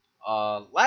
Last